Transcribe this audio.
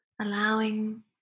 allowing